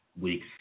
week's